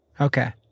Okay